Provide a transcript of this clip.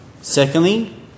Secondly